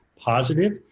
positive